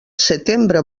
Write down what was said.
setembre